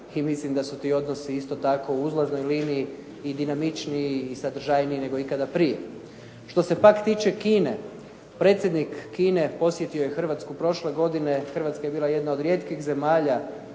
i mislim da su ti odnosi isto tako u uzlaznoj liniji i dinamičniji i sadržajniji nego ikad prije. Što se pak tiče Kine predsjednik Kine posjetio je Hrvatsku prošle godine. Hrvatska je bila jedna od rijetkih zemalja